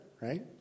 right